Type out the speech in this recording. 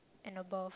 and above